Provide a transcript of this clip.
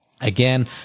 Again